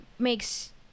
makes